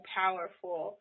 powerful